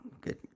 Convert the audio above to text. Good